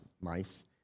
mice